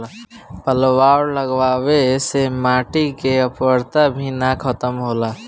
पलवार लगावे से माटी के उर्वरता भी ना खतम होला